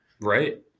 Right